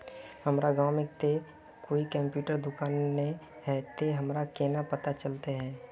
हमर गाँव में ते कोई कंप्यूटर दुकान ने है ते हमरा केना पता चलते है?